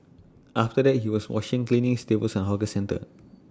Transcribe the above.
after that he was washing cleaning tables at hawker centre